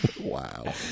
Wow